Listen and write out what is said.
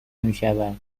میشود